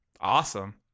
Awesome